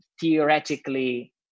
theoretically